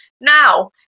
Now